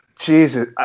Jesus